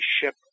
ship